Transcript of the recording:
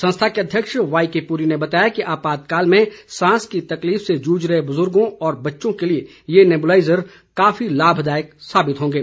संस्था के अध्यक्ष वाईकेपुरी ने बताया कि आपातकाल में सांस की तकलीफ से जूझ रहे बुजुर्गों और बच्चों के लिए ये नेबुलाइज़र काफी लाभदायक साबित होंगे